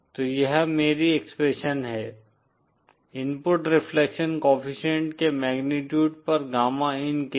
तो यह मेरी एक्सप्रेशन है इनपुट रिफ्लेक्शन कोएफ़िशिएंट के मैग्नीट्यूड पर गामा इन के लिए